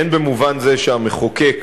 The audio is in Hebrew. הן במובן זה שהמחוקק,